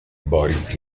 boris